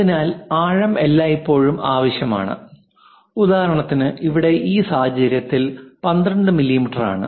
അതിനാൽ ആഴം എല്ലായ്പ്പോഴും ആവശ്യമാണ് ഉദാഹരണത്തിന് ഇവിടെ ഈ സാഹചര്യത്തിൽ 12 മില്ലീമീറ്റർ ആണ്